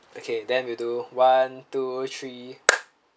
okay then we'll do one two three